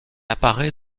apparaît